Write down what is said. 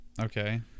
Okay